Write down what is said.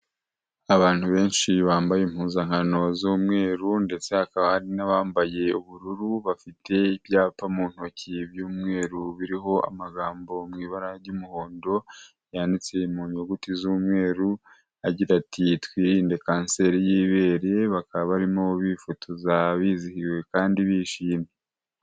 Abantu benshi bambaye impuzankano z'umweru ndetse hakaba hari n'abambaye ubururu, bafite ibyapa mu ntoki iby'umweru biriho amagambo mu ibara ry'umuhondo, yanditse mu nyuguti z'umweru, agira ati twirinde kanseri y'ibere, bakaba barimo bifotoza bizihiwe kandi bishimye.